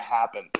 happen